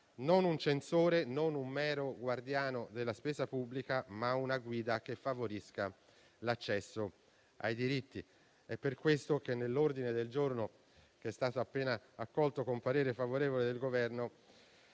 non un censore, non un mero guardiano della spesa pubblica, ma una guida che favorisca l'accesso ai diritti. È per questo che nell'ordine del giorno che è stato appena accolto, con parere favorevole del Governo,